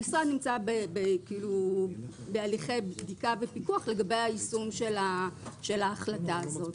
המשרד נמצא בהליכי בדיקה ופיקוח לגבי היישום של ההחלטה הזאת.